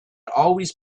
always